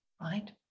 right